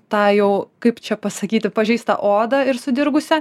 tą jau kaip čia pasakyti pažeistą odą ir sudirgusią